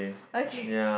okay